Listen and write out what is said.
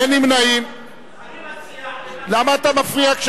אין נמנעים, אני מציע, למה אתה מפריע?